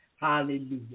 Hallelujah